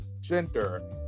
gender